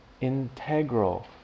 integral